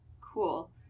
Cool